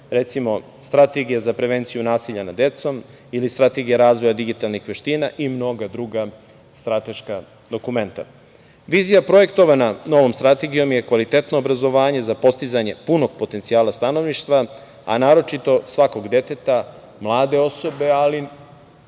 recimo, Strategija za prevenciju nasilja nad decom, Strategija razvoja digitalnih veština i mnoga druga strateška dokumenta. Vizija projektovana novom strategijom je kvalitetno obrazovanje za postizanje punog potencijala stanovništva, a naročito svakog deteta, mlade osobe, ali